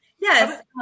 Yes